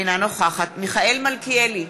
אינה נוכחת מיכאל מלכיאלי,